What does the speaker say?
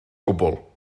gwbl